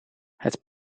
het